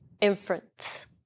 inference